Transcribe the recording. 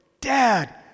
Dad